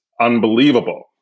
unbelievable